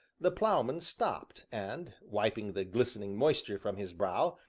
the ploughman stopped, and, wiping the glistening moisture from his brow,